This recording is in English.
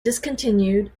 discontinued